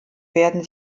werden